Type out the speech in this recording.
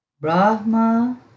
Brahma